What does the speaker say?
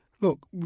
look